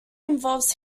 involves